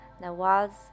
Nawaz